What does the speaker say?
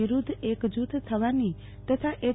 વિરૂધ્ધ એકજુથ થવાની તથા એચ